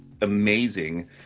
amazing